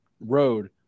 road